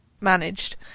managed